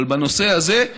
אבל בנושא הזה,